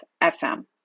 FM